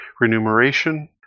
remuneration